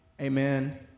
Amen